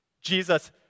Jesus